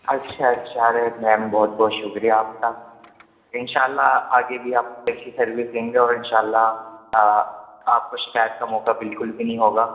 اچھا اچھا ارے میم بہت بہت شکریہ آپ کا انشأ اللہ آگے بھی آپ کو ایسی سروس دیں گے اور انشأ اللہ آپ کو شکایت کا موقع بالکل نہیں بھی نہیں ہوگا